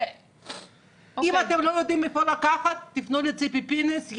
אם אתם לא יודעים מאיפה לקחת תיפנו לציפי פינס,